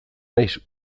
naiz